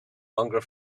longer